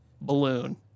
balloon